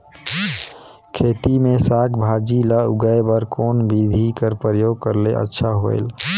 खेती मे साक भाजी ल उगाय बर कोन बिधी कर प्रयोग करले अच्छा होयल?